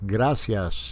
Gracias